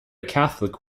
catholic